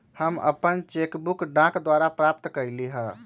हम अपन cheque book डाक द्वारा प्राप्त कईली ह